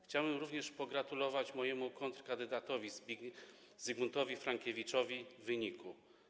Chciałbym również pogratulować mojemu kontrkandydatowi Zygmuntowi Frankiewiczowi wyniku.